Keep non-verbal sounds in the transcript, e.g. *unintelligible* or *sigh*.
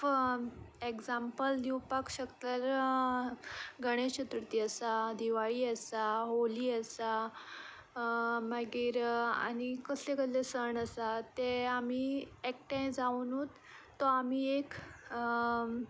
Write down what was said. *unintelligible* example दिवपाक शकता जाल्यार गणेश चथुर्ती आसा दिवाळी आसा होली आसा मागीर आनी कसले कसले सण आसात ते आमी एकठांय जावुनूच तो आमी एक